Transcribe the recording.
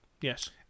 Yes